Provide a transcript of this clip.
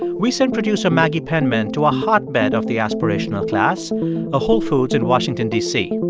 we sent producer maggie penman to a hotbed of the aspirational class a whole foods in washington, d c.